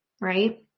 Right